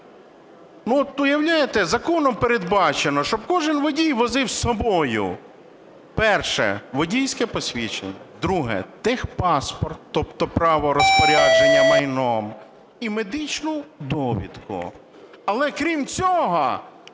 Уявляєте, законом передбачено, щоб кожен водій возив з собою: перше – водійське посвідчення, друге – техпаспорт, тобто право розпорядження майном, і медичну довідку. Але, крім цього,